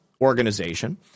organization